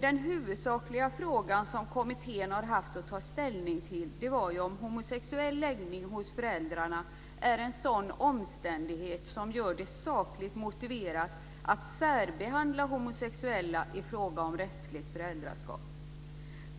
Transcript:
Den huvudsakliga frågan som kommittén har haft att ta ställning till var om homosexuell läggning hos föräldrarna är en sådan omständighet som gör det sakligt motiverat att särbehandla homosexuella i fråga om rättsligt föräldraskap.